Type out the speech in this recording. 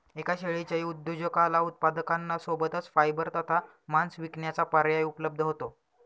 एका शेळीच्या उद्योजकाला उत्पादकांना सोबतच फायबर तथा मांस विकण्याचा पर्याय उपलब्ध होतो